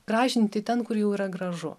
gražinti ten kur jau yra gražu